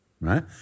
Right